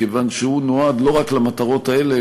מכיוון שהוא נועד לא רק למטרות האלה,